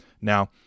Now